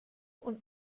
und